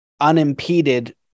unimpeded